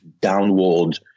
downward